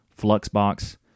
Fluxbox